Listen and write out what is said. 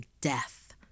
death